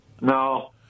No